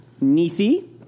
Nisi